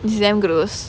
it's damn gross